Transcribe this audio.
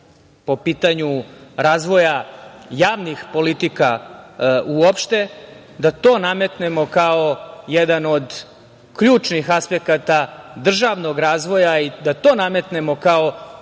po pitanju razvoja javnih politika uopšte, da to nametnemo kao jedan od ključnih aspekata državnog razvoja i da to nametnemo kao